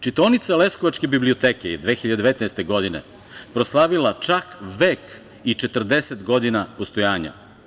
Čitaonica leskovačke biblioteke je 2019. godine proslavila čak vek i 40 godina postojanja.